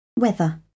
Weather